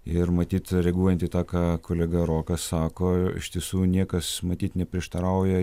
ir matyt reaguojant į tą ką kolega rokas sako iš tiesų niekas matyt neprieštarauja